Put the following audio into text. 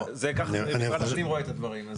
לא, ככה אני רואה את הדברים.